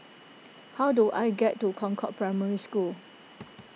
how do I get to Concord Primary School